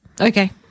Okay